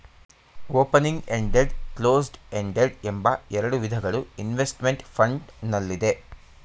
opening ended, closed ended ಎಂಬ ಎರಡು ವಿಧಗಳು ಇನ್ವೆಸ್ತ್ಮೆಂಟ್ ಫಂಡ್ ನಲ್ಲಿದೆ